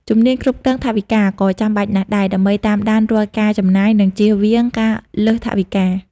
ជំនាញគ្រប់គ្រងថវិកា ក៏ចាំបាច់ណាស់ដែរ ដើម្បីតាមដានរាល់ការចំណាយ និងជៀសវាងការលើសថវិកា។